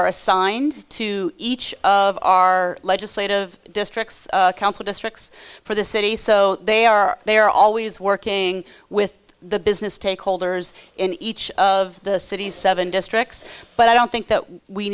are assigned to each of our legislative districts council districts for the city so they are they are always working with the business take holders in each of the city seven districts but i don't think that we